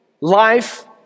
life